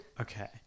okay